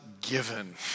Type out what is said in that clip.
given